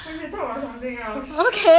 okay talk about something else